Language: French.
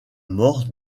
mort